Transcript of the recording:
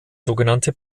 sogenannte